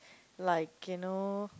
like you know